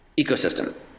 ecosystem